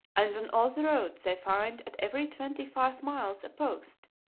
and on all the roads they find at every twenty-five miles a post,